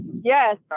Yes